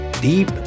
deep